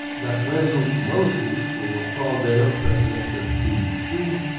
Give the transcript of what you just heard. dr. mary lou mosley for paul dale, president of pvcc.